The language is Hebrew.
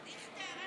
דיכטר,